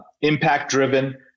impact-driven